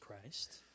Christ